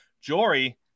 Jory